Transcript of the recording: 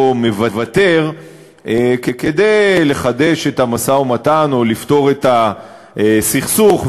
מוותר כדי לחדש את המשא-ומתן או לפתור את הסכסוך.